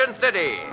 city